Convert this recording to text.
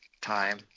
time